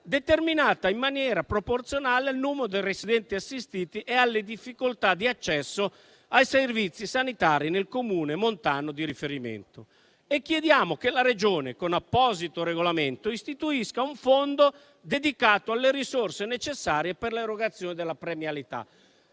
determinata in maniera proporzionale al numero dei residenti assistiti e alle difficoltà di accesso ai servizi sanitari nel Comune montano di riferimento. E chiediamo che la Regione, con apposito regolamento, istituisca un fondo dedicato alle risorse necessarie per l'erogazione della premialità.